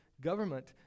government